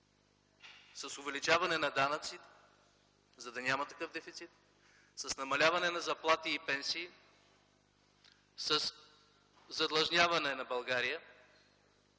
С увеличаване на данъци – за да няма такъв дефицит? С намаляване на заплати и пенсии? Със задлъжняване на България